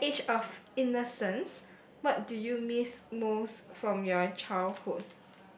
alright age of innocence what do you miss most from your childhood